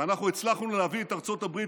ואנחנו הצלחנו להביא את ארצות הברית